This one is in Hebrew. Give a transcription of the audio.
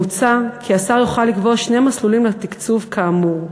מוצע כי השר יוכל לקבוע שני מסלולים לתקצוב כאמור.